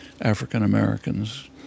African-Americans